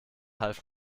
half